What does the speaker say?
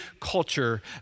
culture